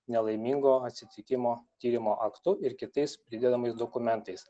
nelaimingo atsitikimo tyrimo aktu ir kitais pridedamais dokumentais